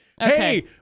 Hey